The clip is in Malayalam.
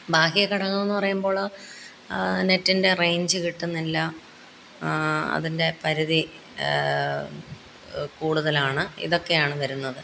ബാഹ്യഘടകമെന്നു പറയുമ്പോള് നെറ്റിൻ്റെ റേഞ്ച് കിട്ടുന്നില്ല അതിൻ്റെ പരിധി കൂടുതലാണ് ഇതൊക്കെയാണ് വരുന്നത്